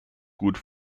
gut